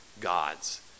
gods